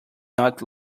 not